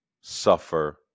suffer